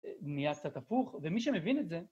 נהיה קצת הפוך, ומי שמבין את זה...